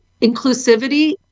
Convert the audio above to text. inclusivity